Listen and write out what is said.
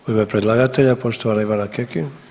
U ime predlagatelja poštovana Ivana Kekin.